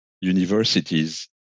universities